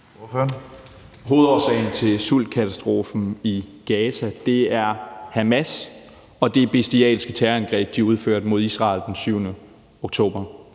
Hovedårsagen til sultkatastrofen i Gaza er Hamas og det bestialske terrorangreb, de udførte mod Israel den 7. oktober